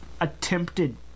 attempted